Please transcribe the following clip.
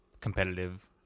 competitive